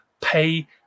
pay